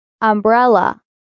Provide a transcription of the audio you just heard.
Umbrella